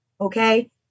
okay